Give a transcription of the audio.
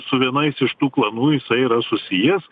su vienais iš tų klanų jisai yra susijęs